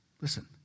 listen